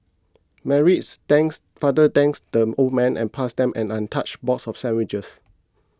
Mary's thanked father thanked the old man and passed them an untouched box of sandwiches